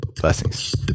Blessings